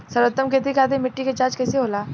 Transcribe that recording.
सर्वोत्तम खेती खातिर मिट्टी के जाँच कइसे होला?